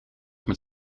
met